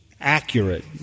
accurate